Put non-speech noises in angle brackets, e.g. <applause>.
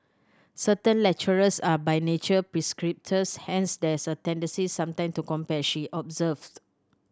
certain lecturers are by nature <unintelligible> hence there's a tendency sometime to compare she observed